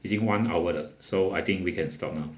it's in one hour so I think we can stop now